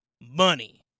Money